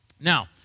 Now